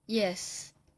yes